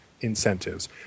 incentives